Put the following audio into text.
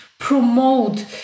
promote